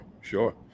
sure